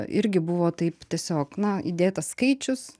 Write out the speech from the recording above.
irgi buvo taip tiesiog na įdėtas skaičius